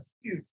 huge